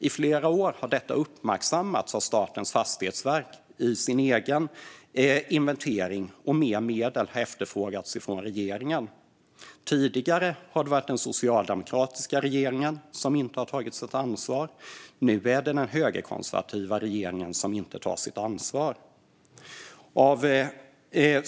I flera år har detta uppmärksammats av Statens fastighetsverk i deras egen inventering, och mer medel har efterfrågats från regeringen. Tidigare har det varit den socialdemokratiska regeringen som inte har tagit sitt ansvar. Nu är det den högerkonservativa regeringen som inte tar sitt ansvar.